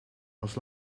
was